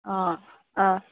অ অ